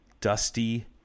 Dusty